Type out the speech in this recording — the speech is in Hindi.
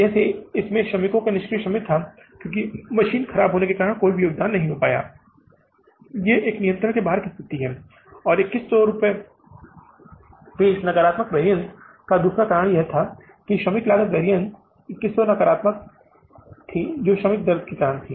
जैसे इसमें श्रमिकों के निष्क्रिय समय था क्योंकि मशीन खराब होने के कारण कोई भी योगदान नहीं दे पाया ये एक नियंत्रण के बहार की स्थिति थी और 2100 के इस नकारात्मक वैरिअन्स का दूसरा कारण था श्रमिक लागत वैरिअन्स 2100 नकारात्मक की श्रमिक दर थी